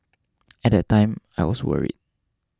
at that time I was worried